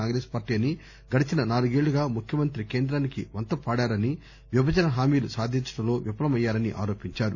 Congress party అని గడిచిన నాలుగేళ్లుగా ముఖ్యమంత్రి కేంద్రానికి వంతపాడారని విభజన హామీలు సాధించడంలో విఫలమయ్యారని ఆరోపించారు